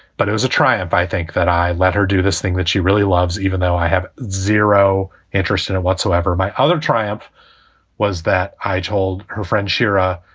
but it was a triumph. i think that i let her do this thing that she really loves, even though i have zero interest in it and whatsoever. my other triumph was that i told her friend shira,